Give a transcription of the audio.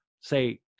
say